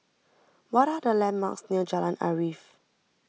what are the landmarks near Jalan Arif